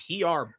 PR